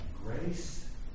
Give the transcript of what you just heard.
Grace